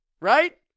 right